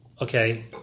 Okay